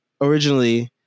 originally